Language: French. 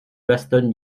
bastogne